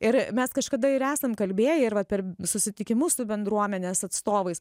ir mes kažkada ir esam kalbėję ir vat per susitikimus su bendruomenės atstovais